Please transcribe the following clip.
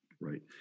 right